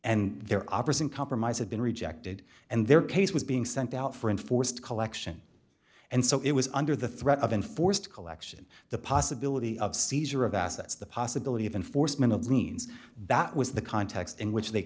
and their operas and compromise had been rejected and their case was being sent out for enforced collection and so it was under the threat of enforced collection the possibility of seizure of assets the possibility of enforcement of means that was the context in which they